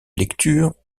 lecture